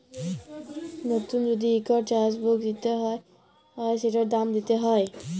লতুল যদি ইকট চ্যাক বুক চায় সেটার দাম দ্যিতে হ্যয়